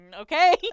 okay